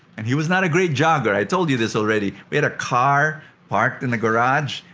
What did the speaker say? and he was not a great jogger. i told you this already. we had a car parked in the garage,